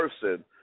person